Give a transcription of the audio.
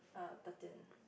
err thirteen